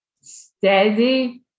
Steady